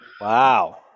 Wow